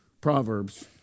Proverbs